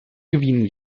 gewinnen